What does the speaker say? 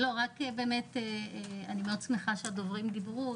אני מאוד שמחה שהדוברים דיברו,